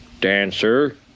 Dancer